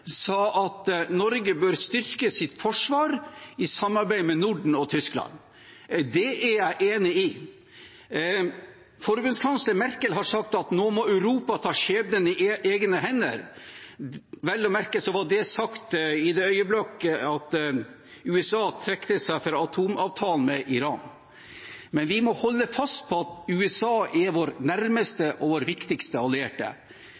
at Norge bør styrke sitt forsvar i samarbeid med Norden og Tyskland. Det er jeg enig i. Forbundskansler Merkel har sagt at nå må Europa ta skjebnen i egne hender. Vel å merke var det sagt i det øyeblikk da USA trakk seg fra atomavtalen med Iran, men vi må holde fast på at USA er vår nærmeste og viktigste allierte.